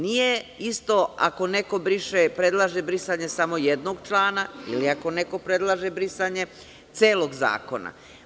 Nije isto ako neko predlaže brisanje samo jednog člana i ako neko predlaže brisanje celog zakona.